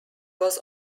was